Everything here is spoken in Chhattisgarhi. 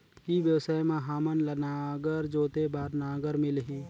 ई व्यवसाय मां हामन ला नागर जोते बार नागर मिलही?